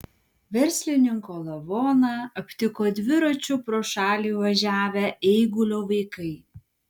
verslininko lavoną aptiko dviračiu pro šalį važiavę eigulio vaikai